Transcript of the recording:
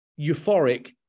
euphoric